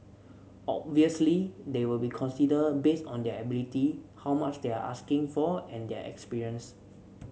obviously they'll be considered based on their ability how much they are asking for and their experience